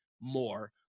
more